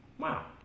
my